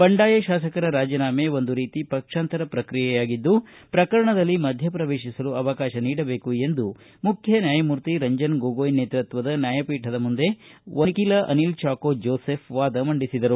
ಬಂಡಾಯ ಶಾಸಕರ ರಾಜೀನಾಮೆ ಒಂದು ರೀತಿ ಪಕ್ಷಾಂತರ ಕ್ರಿಯೆಯಾಗಿದ್ದು ಪ್ರಕರಣದಲ್ಲಿ ಮಧ್ಯ ಪ್ರವೇಶಿಸಲು ಅವಕಾಶ ನೀಡಬೇಕು ಎಂದು ಮುಖ್ಯ ನ್ಯಾಯಮೂರ್ತಿ ರಂಜನ್ ಗೊಗೊಯ್ ನೇತೃತ್ವದ ನ್ಯಾಯಪೀಠದ ಮುಂದೆ ವಕೀಲ ಅನಿಲ್ ಚಾಕೋ ಜೋಸೆಫ್ ವಾದ ಮಂಡಿಸಿದರು